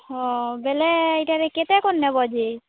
ହଁ ବେଲେ ଇଟା କେତେକର୍ ନେବ ଯେ